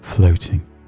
floating